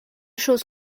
chose